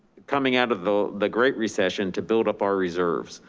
coming out of the the great recession to build up our reserves.